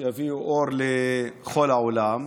שיביאו אור לכל העולם.